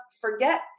forget